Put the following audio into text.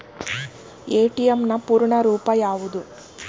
ATM ನ ಪೂರ್ಣ ರೂಪ ಯಾವುದು?